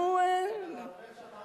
אנחנו בינתיים לא ממנים כלום.